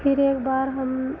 फिर एक बार हम